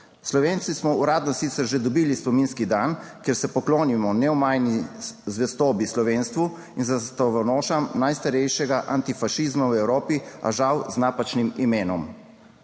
Slovenci smo uradno sicer že dobili spominski dan, kjer se poklonimo neomajni zvestobi slovenstvu in zastavonošam najstarejšega antifašizma v Evropi, a žal z napačnim imenom.